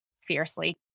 fiercely